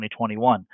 2021